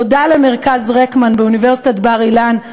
תודה למרכז רקמן באוניברסיטת בר-אילן,